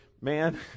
man